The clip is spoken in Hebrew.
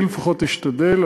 אני לפחות אשתדל,